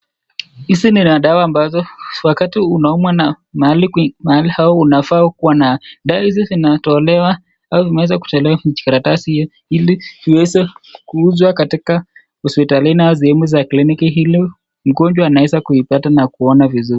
Hizi ni dawa ambazo wakati unaumwa na mahali unafaa kuwa na zo dawa hizi zimetokewa karatasi ili ziweze kuuzwa hospitalini na kliniki ili mgonjwa apate na aweze kuona vizuri.